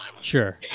Sure